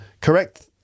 correct